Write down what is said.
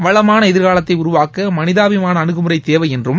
வளமான எதிர்காலத்தை உருவாக்க மனிதாபிமான அனுகுமுறை தேவை என்றும்